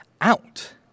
out